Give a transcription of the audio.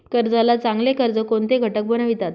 कर्जाला चांगले कर्ज कोणते घटक बनवितात?